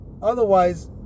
Otherwise